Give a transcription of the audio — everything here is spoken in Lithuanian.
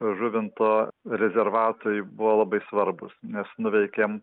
žuvinto rezervatui buvo labai svarbūs nes nuveikėm